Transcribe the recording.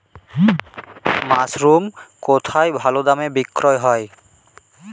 Mushroom কেথায় ভালোদামে বিক্রয় হয়?